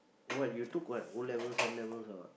what you took what O-levels N-levels or what